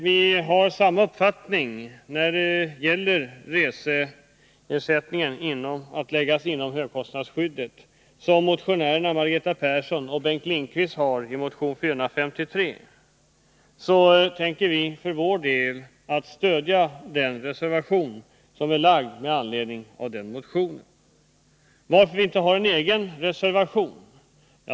Vi har samma uppfattning — att resekostnaderna bör omfattas av högkostnadsskyddet — som motionärerna Margareta Persson och Bengt Lindqvist framför i motionen 453. Därför tänker vi för vår del stödja den reservation som har fogats till betänkandet och som bl.a. gäller den motionen.